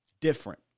different